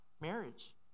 marriage